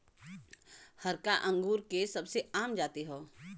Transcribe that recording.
हरका अंगूर के सबसे आम जाति हौ